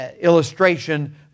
illustration